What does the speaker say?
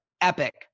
Epic